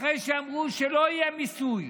אחרי שאמרו שלא יהיה מיסוי